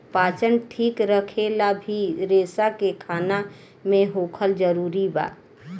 पाचन ठीक रखेला भी रेसा के खाना मे होखल जरूरी बा